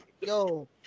yo